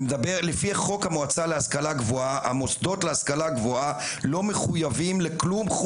לפי חוק המועצה להשכלה גבוהה המוסדות להשכלה גבוהה לא מחוייבים לכלום,